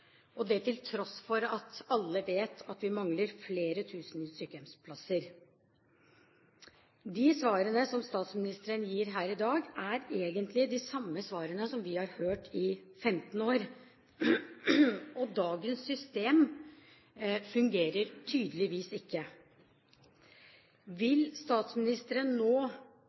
til tross for at alle vet at vi mangler flere tusen sykehjemsplasser. De svarene som statsministeren gir her i dag, er egentlig de samme svarene som vi har hørt i 15 år. Dagens system fungerer tydeligvis ikke. Vil statsministeren nå